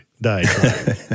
die